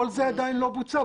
כל זה עדיין לא בוצע,